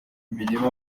bireba